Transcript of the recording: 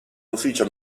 ufficio